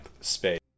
space